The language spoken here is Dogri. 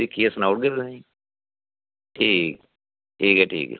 दिक्खियै सनाई ओड़गे तुसेंगी ठीक ऐ ठीक ऐ ठीक ऐ